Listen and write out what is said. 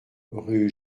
rue